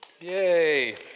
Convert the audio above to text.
yay